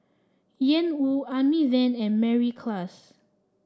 Ian Woo Amy Van and Mary Klass